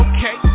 Okay